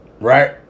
Right